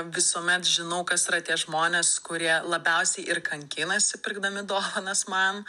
visuomet žinau kas yra tie žmonės kurie labiausiai ir kankinasi pirkdami dovanas man